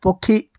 ପକ୍ଷୀ